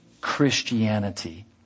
Christianity